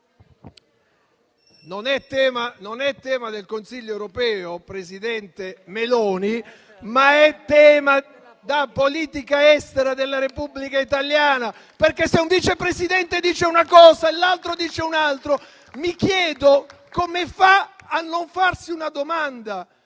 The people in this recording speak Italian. Non è tema del Consiglio europeo, presidente Meloni, ma è tema da politica estera della Repubblica italiana, perché se un Vice Presidente dice una cosa e l'altro ne dice un'altra, mi chiedo come fa a non farsi una domanda: